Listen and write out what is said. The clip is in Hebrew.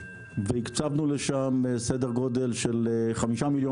והקצבנו לשם סדר גודל של חמישה מיליון